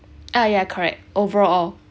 ah yeah correct overall